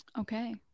Okay